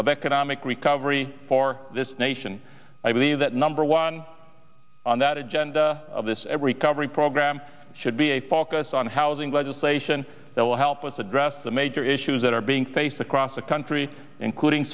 of economic recovery for this nation i believe that number one on that agenda of this every covering program should be a focus on housing legislation that will help us address the major issues that are being faced across the country including